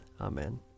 Amen